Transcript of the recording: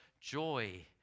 joy